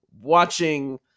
watching